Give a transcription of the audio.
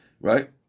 Right